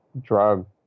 drug